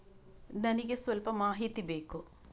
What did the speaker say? ನನಿಗೆ ಸ್ವಲ್ಪ ಮಾಹಿತಿ ಬೇಕು